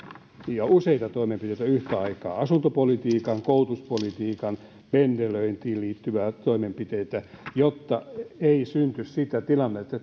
ja useita toimenpiteitä yhtä aikaa asuntopolitiikkaan koulutuspolitiikkaan pendelöintiin liittyviä toimenpiteitä jotta ei syntyisi sitä tilannetta